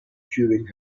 during